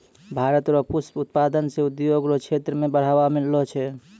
भारत रो पुष्प उत्पादन से उद्योग रो क्षेत्र मे बढ़ावा मिललो छै